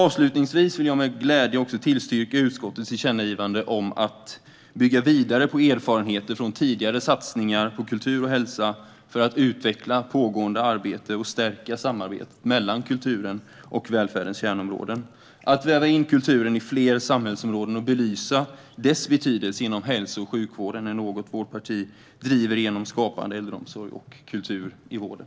Avslutningsvis vill jag med glädje tillstyrka utskottets tillkännagivande om att bygga vidare på erfarenheter från tidigare satsningar på kultur och hälsa för att utveckla pågående arbete och stärka samarbetet mellan kulturen och välfärdens kärnområden. Att väva in kulturen inom fler samhällsområden och belysa dess betydelse inom hälso och sjukvården är något vårt parti driver genom Skapande äldreomsorg och Kultur i vården.